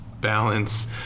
balance